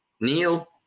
neil